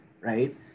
right